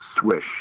swish